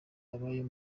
abayo